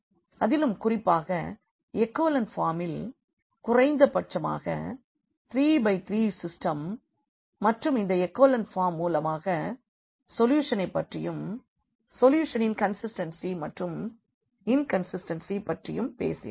அதிலும் குறிப்பாக எகோலன் பார்மில் குறைந்தபட்சமாக 3 பை 3 சிஸ்டெம் மற்றும் இந்த எகோலன் ஃபார்ம் மூலமாக சொல்யூஷனைப் பற்றியும் சொல்யூஷனின் கண்சிஸ்டென்சி மற்றும் இன்கன்சிஸ்டென்சி பற்றியும் பேசினோம்